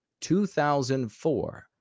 2004